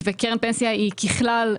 וקרן פנסיה היא ככלל,